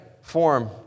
form